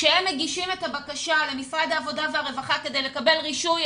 כשהם מגישים את הבקשה למשרד העבודה והרווחה כדי לקבל רישוי,